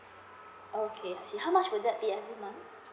oh okay how much will that be ya each month